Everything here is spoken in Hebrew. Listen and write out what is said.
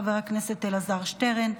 חבר הכנסת אלעזר שטרן,